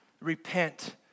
Repent